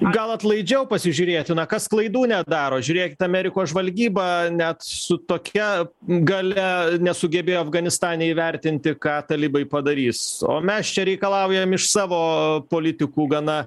gal atlaidžiau pasižiūrėti na kas klaidų nedaro žiūrėkit amerikos žvalgyba net su tokia galia nesugebėjo afganistane įvertinti ką talibai padarys o mes čia reikalaujam iš savo politikų gana